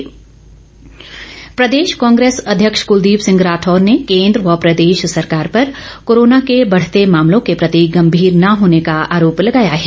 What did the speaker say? कुलदीप राठौर प्रदेश कांग्रेस अध्यक्ष कुलदीप सिंह राठौर ने केंद्र व प्रदेश सरकार पर कोरोना के बढ़ते मामलों के प्रति गंभीर न होने का आरोप लगाया है